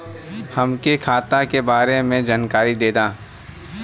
हमके खाता के बारे में जानकारी देदा?